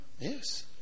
Yes